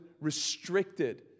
restricted